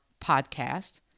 podcast